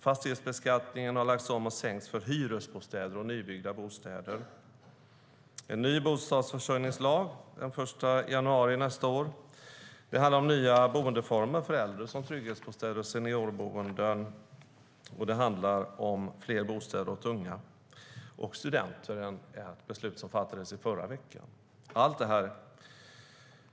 Fastighetsskatten har sänkts för hyresbostäder och nybyggda bostäder. Den 1 januari nästa år införs en ny bostadsförsörjningslag. Den handlar om nya boendeformer för äldre såsom trygghetsbostäder och seniorboenden. Den handlar också om fler bostäder för unga och studenter - ett beslut som fattades i förra veckan.